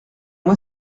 moi